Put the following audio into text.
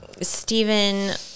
Stephen